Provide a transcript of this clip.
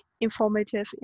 informative